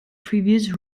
previous